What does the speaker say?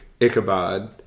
ichabod